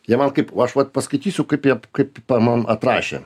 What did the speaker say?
jie man kaip o aš vat paskaitysiu kaip jie kaip man atrašė